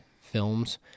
films